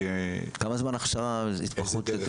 כמה זמן הכשרה, ההתמחות?